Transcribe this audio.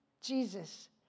Jesus